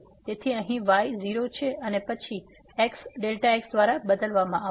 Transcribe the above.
તેથી અહીં y 0 છે અને પછી x x દ્વારા બદલવામાં આવશે